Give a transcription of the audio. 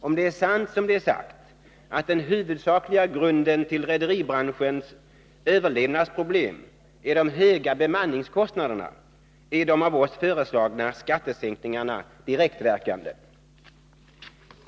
Om det är sant som det är sagt att den huvudsakliga grunden till rederibranschens överlevnadsproblem är de höga bemanningskostnaderna, är de av oss föreslagna skattesänkningarna direktverkande.